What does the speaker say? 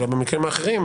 במקרים האחרים,